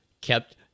kept